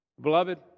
Beloved